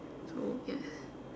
so yes